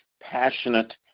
passionate